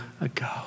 ago